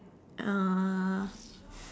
uh